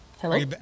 hello